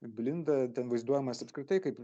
blinda ten vaizduojamas apskritai kaip